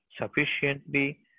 sufficiently